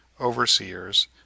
overseers